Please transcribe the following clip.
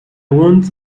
want